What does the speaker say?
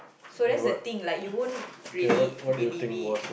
so that's the thing like you won't really believe it